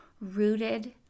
rooted